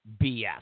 BS